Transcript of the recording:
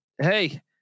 Hey